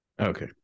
Okay